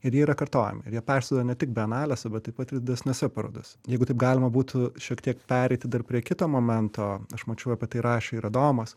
ir jie yra kartojami ir jie persiduoda ne tik bienalėse bet taip pat ir didesnėse parodose jeigu taip galima būtų šiek tiek pereiti dar prie kito momento aš mačiau apie tai rašė ir adomas